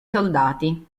soldati